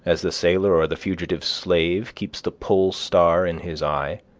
as the sailor or the fugitive slave keeps the polestar in his eye